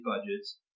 budgets